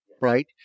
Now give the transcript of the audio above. right